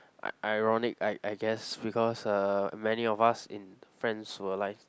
i~ ironic I I guess because uh many of us in France were alive